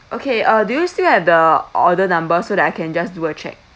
okay uh do you still have the order number so that I can just do a check